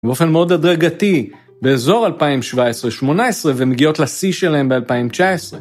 באופן מאוד הדרגתי באזור 2017-2018 ומגיעות לשיא שלהם ב-2019.